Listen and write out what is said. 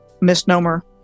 misnomer